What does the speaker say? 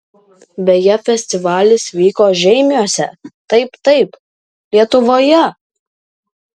beje festivalis vyko žeimiuose taip taip lietuvoje